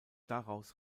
daraus